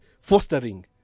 fostering